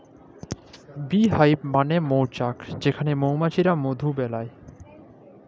bee hive মালে মচাক যেখালে মমাছিরা মধু বেলায়